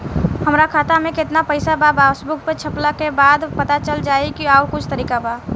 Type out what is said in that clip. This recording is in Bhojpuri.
हमरा खाता में केतना पइसा बा पासबुक छपला के बाद पता चल जाई कि आउर कुछ तरिका बा?